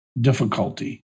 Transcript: difficulty